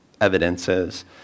evidences